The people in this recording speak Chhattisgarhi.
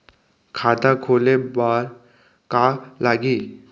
खाता खोले बार का का लागही?